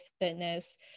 fitness